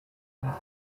their